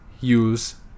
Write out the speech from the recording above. use